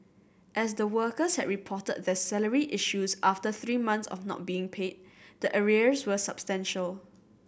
as the workers had reported their salary issues after three months of not being paid the arrears were substantial